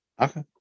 Okay